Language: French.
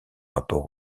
rapport